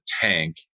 tank